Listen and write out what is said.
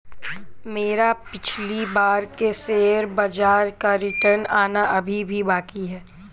मेरा पिछली बार के शेयर बाजार का रिटर्न आना अभी भी बाकी है